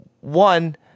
one